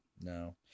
No